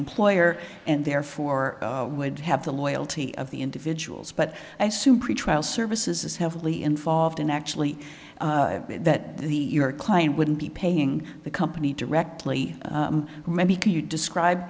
employer and therefore would have the loyalty of the individuals but i soon pretrial services is heavily involved in actually that the your client wouldn't be paying the company directly can you describe